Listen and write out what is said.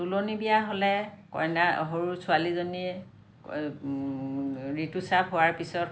তুলনি বিয়া হ'লে কইনা সৰু ছোৱালীজনী ঋতুস্ৰাৱ হোৱাৰ পিছত